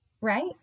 right